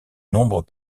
nombre